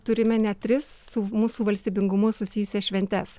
turime net tris su mūsų valstybingumu susijusias šventes